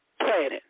planet